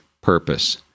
purpose